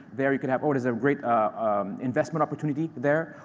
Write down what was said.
there you can have, oh, there's a great investment opportunity there.